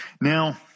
Now